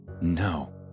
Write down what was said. No